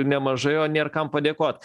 nemažai o nėr kam padėkot